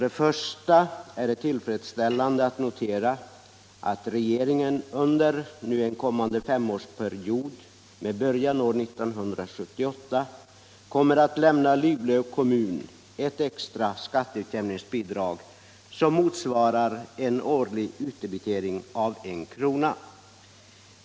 Det är till att börja med tillfredsställande att notera att regeringen under en kommande femårsperiod med början år 1978 skall lämna Luleå kommun ett extra skatteutjämningsbidrag som motsvarar en årlig utdebitering av en krona.